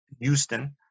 Houston